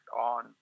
on